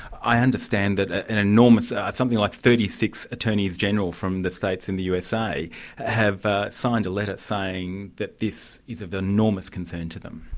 i understand that an enormous, ah something like thirty six attorneys general from the states in the usa have signed a letter saying that this is of enormous concern to them.